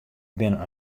binne